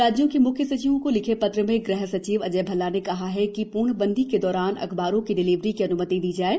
राज्यों के मुख्य सचिवों को लिखे पत्र में ग़ह सचिव अजय भल्ला ने कहा कि पूर्णबंदी के दौरान अखबारों की डिलीवरी की अन्मति दी गई है